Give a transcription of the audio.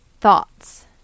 thoughts